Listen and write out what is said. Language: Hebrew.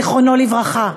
זיכרונו לברכה.